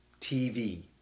TV